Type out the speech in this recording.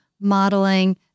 modeling